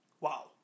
Wow